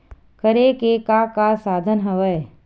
करे के का का साधन हवय?